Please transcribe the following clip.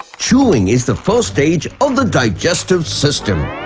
chewing is the first stage of the digestive system.